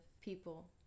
People